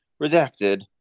Redacted